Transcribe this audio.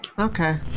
Okay